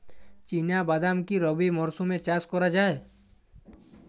চিনা বাদাম কি রবি মরশুমে চাষ করা যায়?